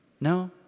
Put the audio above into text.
No